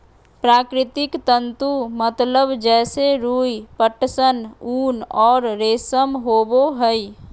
प्राकृतिक तंतु मतलब जैसे रुई, पटसन, ऊन और रेशम होबो हइ